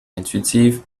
intuitive